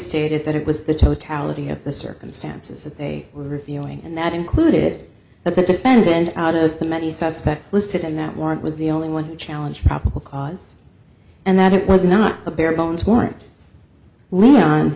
stated that it was the totality of the circumstances that they were feeling and that included that the defendant out of the many suspects listed in that warrant was the only one challenge probable cause and that it was not a barebones warrant leon